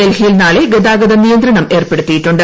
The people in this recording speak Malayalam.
ഡൽഹിയിൽ നാളെ ഗതാഗത നിയന്ത്രണം ഏർപ്പെടുത്തിയിട്ടുണ്ട്